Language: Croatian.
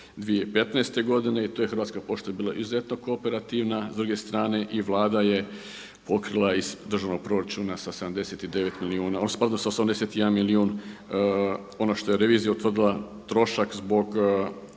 2015. godine i tu je Hrvatska pošta bila izuzetno kooperativna, s druge strane i Vlada je pokrila iz državnog proračuna sa 79 milijuna, …/Govornik se ne razumije./… skladu sa 81 milijun ono što je revizija utvrdila trošak zbog